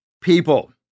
people